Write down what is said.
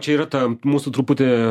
čia yra ta mūsų truputį